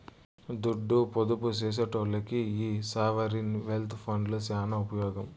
దుడ్డు పొదుపు సేసెటోల్లకి ఈ సావరీన్ వెల్త్ ఫండ్లు సాన ఉపమోగం